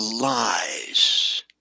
lies